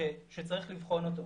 שצריך לבחון אותו.